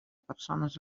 persones